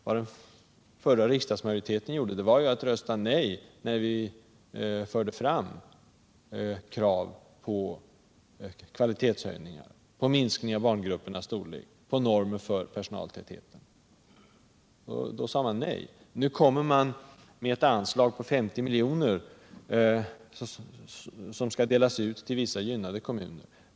Vad den förra riksdagsmajoriteten gjorde var, som redan har påpekats, att rösta nej när vi förde fram krav på kvalitetshöjningar, på minskning av barngruppernas storlek och på normer för personaltäthet. Nu kommer man med ett anslag på 50 miljoner som skall delas ut till vissa gynnade kommuner.